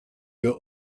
your